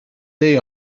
day